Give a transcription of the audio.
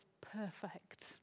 perfect